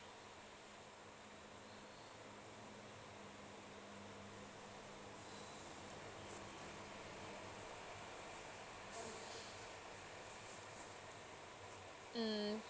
mm